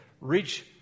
reach